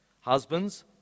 Husbands